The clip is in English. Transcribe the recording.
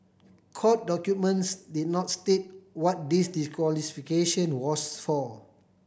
court documents did not state what this disqualification was for